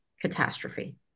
catastrophe